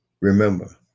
remember